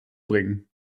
bringen